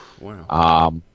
Wow